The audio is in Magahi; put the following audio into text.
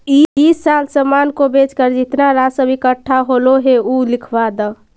इस साल सामान को बेचकर जितना राजस्व इकट्ठा होलो हे उ लिखवा द